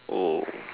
oh